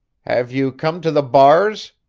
have you come to the bars?